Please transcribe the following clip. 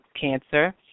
Cancer